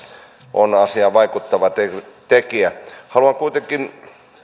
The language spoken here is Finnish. on asiaan vaikuttava tekijä haluan kuitenkin